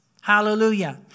Hallelujah